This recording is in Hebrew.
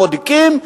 בודקים,